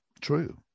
true